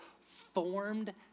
formed